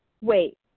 wait